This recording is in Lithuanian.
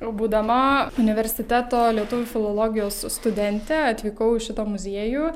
būdama universiteto lietuvių filologijos studentė atvykau į šitą muziejų